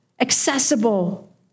accessible